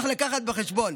צריך לקחת בחשבון